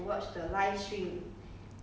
doing nothing so do pass time okay lah